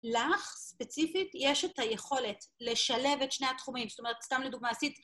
לך ספציפית יש את היכולת לשלב את שני התחומים, זאת אומרת, סתם לדוגמה עשית...